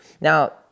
Now